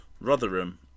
Rotherham